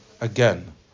Again